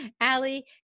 Allie